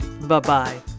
Bye-bye